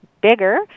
bigger